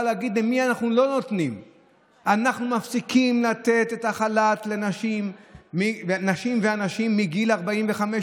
באים אליך עכשיו ומקימים יחד איתך קואליציה שנשענת בדיוק,